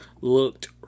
looked